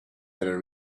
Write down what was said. better